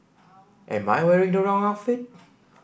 am I wearing the wrong outfit